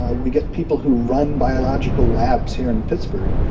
we get people who run biological labs here in pittsburgh.